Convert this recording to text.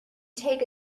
take